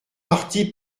parti